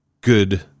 good